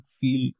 feel